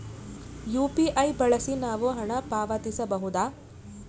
UPI ಬಳಸಿ ನಾವು ಹಣ ಪಾವತಿಸಬಹುದಾ?